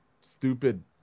stupid